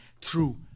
true